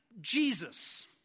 Jesus